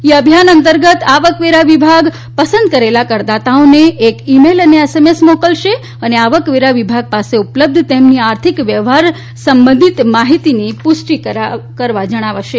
ઈ અભિયાન અંતર્ગત આવકવેરા વિભાગ પસંદ કરેલા કરદાતાઓને એક ઇમેઇલ અને એસએમએસ મોકલશે અને આવકવેરા વિભાગ પાસે ઉપલબ્ધ તેમની આર્થિક વ્યવહારસંબંધિત માહિતીની પુષ્ટિ કરવા જણાવશે